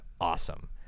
awesome